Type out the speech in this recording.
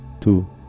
two